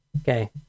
Okay